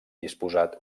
disposat